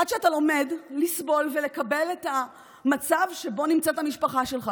עד שאתה לומד לסבול ולקבל את המצב שבו נמצאת המשפחה שלך